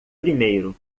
primeiro